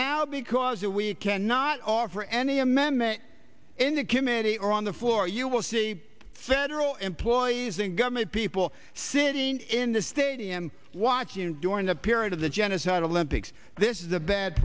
now because we cannot offer any amendment in the committee or on the floor you will see federal employees and government people sitting in the stadium watching during the period of the genocide olympics this is a bad